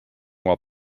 while